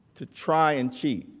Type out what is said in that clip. to try and cheat.